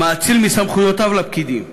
מאציל מסמכויותיו לפקידים